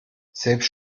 selbst